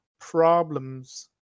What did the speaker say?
problems